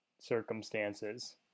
circumstances